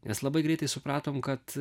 nes labai greitai supratom kad